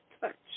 touch